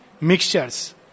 mixtures